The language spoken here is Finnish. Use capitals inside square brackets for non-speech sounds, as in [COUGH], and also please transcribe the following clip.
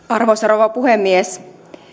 [UNINTELLIGIBLE] arvoisa rouva puhemies